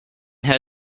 her